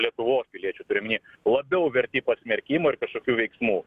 lietuvos piliečių turiu omeny labiau verti pasmerkimo ir kažkokių veiksmų